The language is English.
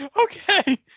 Okay